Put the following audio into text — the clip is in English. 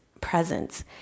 presence